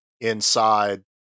inside